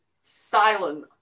silent